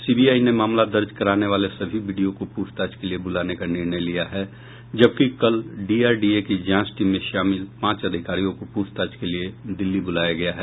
CBI ने मामला दर्ज कराने वाले सभी बीडीओ को प्रछताछ के लिये बुलाने का निर्णय लिया है जबकि कल डीआरडीए की जांच टीम में शामिल पांच अधिकारियों को पूछताछ के लिये दिल्ली बुलाया गया है